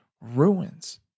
ruins